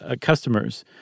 customers